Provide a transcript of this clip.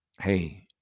Hey